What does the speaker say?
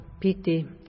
pity